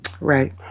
Right